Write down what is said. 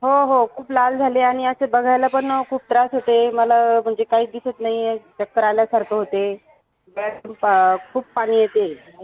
हो हो खूप लाल झाले आणि असं बघायला पण खूप त्रास होतोय मला म्हणजे काहीच दिसत नाहीये चक्कर आल्यासारखं होते डोळ्यांतून खूप पाणी येते आणि